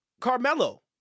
carmelo